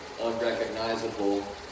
unrecognizable